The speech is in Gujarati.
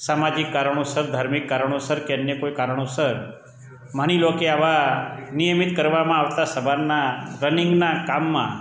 સામાજિક કારણોસર ધાર્મિક કારણોસર કે અન્ય કોઈ કારણોસર માની લો કે આવા નિયમિત કરવામાં આવતા સવારના રનીંગના કામમાં